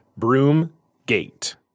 Broomgate